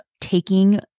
taking